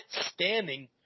standing